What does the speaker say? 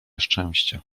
szczęścia